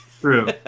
True